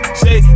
say